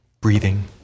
breathing